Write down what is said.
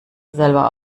selber